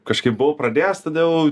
kažkaip buvau pradėjęs tada